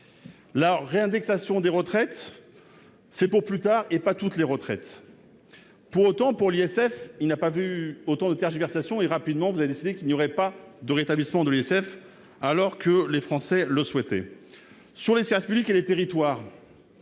la réindexation des retraites, c'est pour plus tard et pas toutes les retraites pour autant pour l'ISF, il n'a pas vu autant de tergiversations et rapidement, vous avez décidé qu'il n'y aurait pas de rétablissement de l'ISF alors que les Français le souhaitent sur les services publics et les territoires,